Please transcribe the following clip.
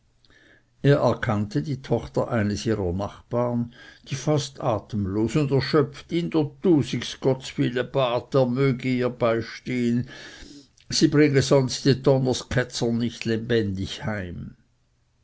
er erkannte die tochter eines ihrer nachbarn die fast atemlos und erschöpft ihn dr tusig gottswille bat er möchte ihr beistehen sie bringe sonst die donners ketzern nicht lebendig heim